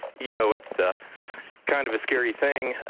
you know, it's a kind of a scary thing.